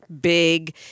big